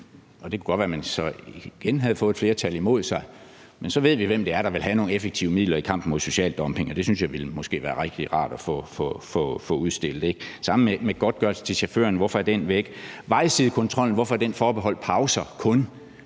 Det kunne så godt være, at man igen havde fået et flertal imod sig, men så ville vi vide, hvem det er, der vil have nogle effektive midler i kampen mod social dumping, og det synes jeg måske ville være rigtig rart at få udstillet. Det samme gælder godtgørelsen til chaufførerne. Hvorfor er den væk? Og hvorfor er vejsidekontrollen kun forbeholdt pauser? Det